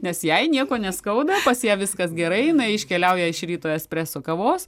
nes jei nieko neskauda pas ją viskas gerai jinai iškeliauja iš ryto espreso kavos